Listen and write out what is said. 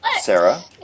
Sarah